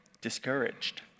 discouraged